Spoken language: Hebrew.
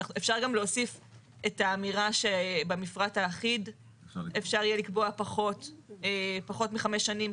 אפשר גם להוסיף את האמירה שבמפרט האחיד אפשר יהיה לקבוע פחות מחמש שנים,